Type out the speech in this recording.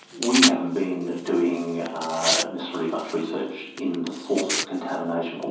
we haven't been doing necessarily much research in the source of the contamination. but